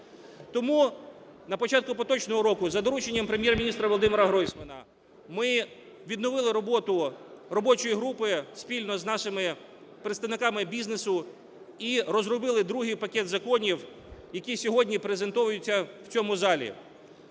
Тому на початку поточного року за дорученням Прем'єр-міністра Володимира Гройсмана ми відновили роботу робочої групи спільно з нашими представниками бізнесу і розробили другий пакет законів, які сьогодні презентуються в цьому залі.